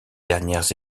dernières